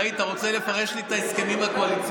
תגיד, אתה רוצה לפרש לי את ההסכמים הקואליציוניים?